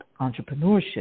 entrepreneurship